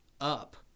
up